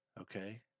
Okay